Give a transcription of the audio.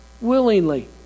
willingly